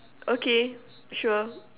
okay sure